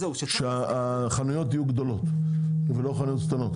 שהחנויות יהיו גדולות ולא חנויות קטנות.